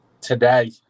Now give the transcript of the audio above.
today